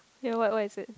then what what is it